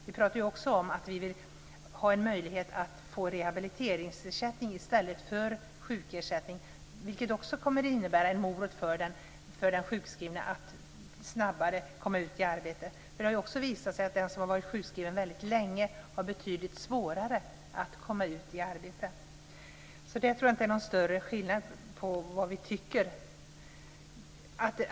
Vi talar ju också om att det ska införas en rehabiliteringsersättning i stället för sjukersättning, vilket kommer att innebära en morot för den sjukskrivne att snabbare komma ut i arbete. Det har ju visat sig att den som har varit sjukskriven väldigt länge har betydligt svårare att komma tillbaka till arbetet. Där tror jag inte att det är någon större skillnad mellan våra åsikter.